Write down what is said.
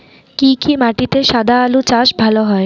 কি কি মাটিতে সাদা আলু চাষ ভালো হয়?